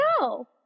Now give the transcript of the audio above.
no